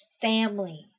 family